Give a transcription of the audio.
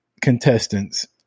contestants